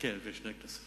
כן, לפני שתי כנסות.